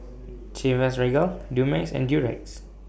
Chivas Regal Dumex and Durex